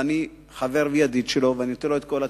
ואני חבר וידיד שלו ואני נותן לו את כל התשבחות,